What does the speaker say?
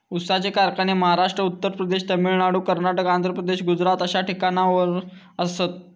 ऊसाचे कारखाने महाराष्ट्र, उत्तर प्रदेश, तामिळनाडू, कर्नाटक, आंध्र प्रदेश, गुजरात अश्या ठिकाणावर आसात